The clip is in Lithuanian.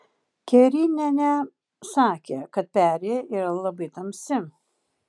kerinienė sakė kad perėja yra labai tamsi